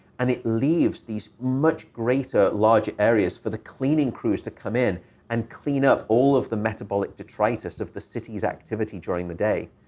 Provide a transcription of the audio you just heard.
and it leaves these much greater, large areas for the cleaning crews to come in and clean up all of the metabolic detritus of the city's activity during the day.